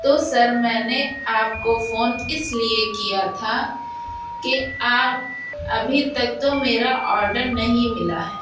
تو سر میں نے آپ کو فون اس لیے کیا تھا کہ آپ ابھی تک تو میرا آڈر نہیں ملا ہے